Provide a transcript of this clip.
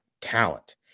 talent